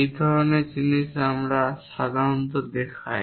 এই ধরনের জিনিস আমরা সাধারণত দেখায়